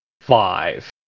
five